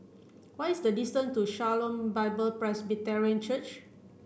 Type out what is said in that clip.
what is the distance to Shalom Bible Presbyterian Church